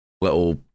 little